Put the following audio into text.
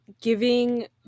giving